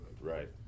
Right